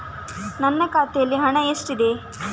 ನನ್ನ ಖಾತೆಯಲ್ಲಿ ಹಣ ಎಷ್ಟಿದೆ?